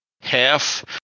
half